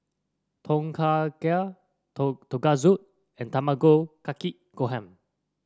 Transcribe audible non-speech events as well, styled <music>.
Tom Kha Gai <unintelligible> Tonkatsu and Tamago Kake Gohan